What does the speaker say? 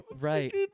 Right